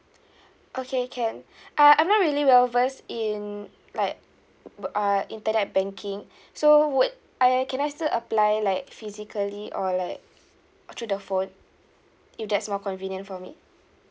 okay can uh I'm not really well versed in like err internet banking so would I I can I still apply like physically or like through the phone if that's more convenient for me